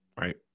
right